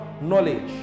knowledge